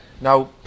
Now